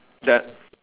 that